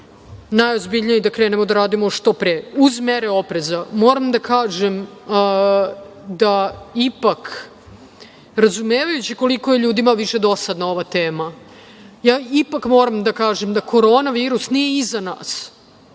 najozbiljnije i da krenemo da radimo što pre uz mere opreza. Moram da kažem da ipak, razumevajući koliko je ljudima više dosadna ova tema, ja ipak moram da kažem da Korona virus nije iza nas.